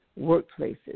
workplaces